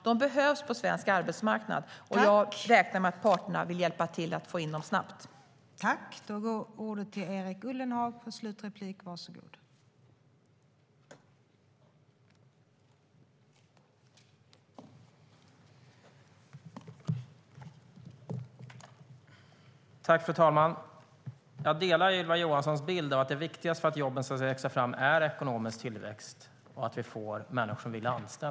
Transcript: De behövs på svensk arbetsmarknad, och jag räknar med att parterna vill hjälpa till att få in dem snabbt på arbetsmarknaden.